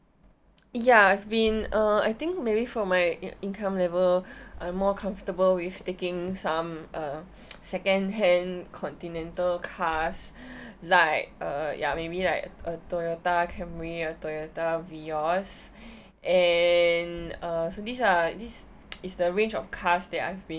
ya I've been uh I think maybe for my income level I'm more comfortable with taking some uh second hand continental cars like a ya maybe like a toyota camry a toyota vios and uh so these are this is the range of cars that I've been